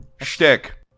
Shtick